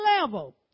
level